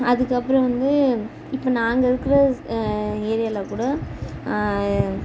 அதுக்கப்புறம் வந்து இப்போ நாங்கள் இருக்கிற ஏரியாவுல கூட